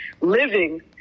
living